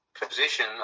position